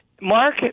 Mark